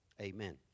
amen